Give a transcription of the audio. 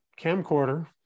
camcorder